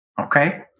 okay